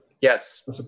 Yes